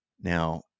Now